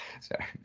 Sorry